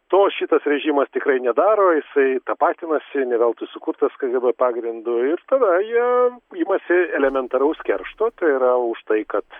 to šitas režimas tikrai nedaro jisai tapatinasi ne veltui sukurtas kgb pagrindu ir tada jie imasi elementaraus keršto tai yra už tai kad